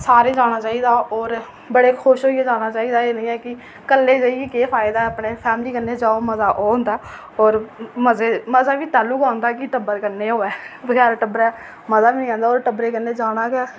सारें जाना चाहिदा होर बड़े खुश होइयै जाना चाहिदा एह् निं ऐ कि कल्ले जाइयै केह् फायदा कुदै फैमिली कन्नै जाओ मज़ा ओह् होंदा होर मज़ा बी तैलूं ऐ औंदा जैलूं टब्बर कन्नै होऐ बगैर टब्बरै मज़ा बी निं आंदा होर टब्बरै कन्नै जाना गै